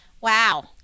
Wow